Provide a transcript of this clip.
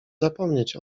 zapomnieć